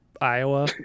iowa